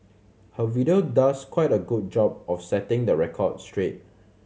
her video does quite a good job of setting the record straight